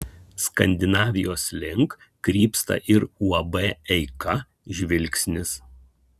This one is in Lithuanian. skandinavijos link krypsta ir uab eika žvilgsnis